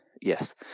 yes